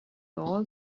all